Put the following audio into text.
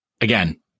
again